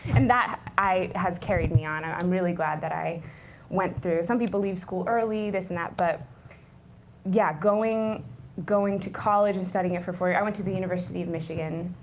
and that has carried me on. i'm really glad that i went through. some people leave school early, this and that. but yeah, going going to college and studying it for four yeah i went to the university of michigan.